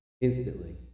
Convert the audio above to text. instantly